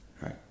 right